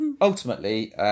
ultimately